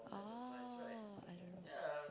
ah I don't know